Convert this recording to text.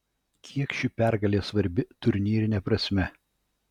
kiek ši pergalė svarbi turnyrine prasme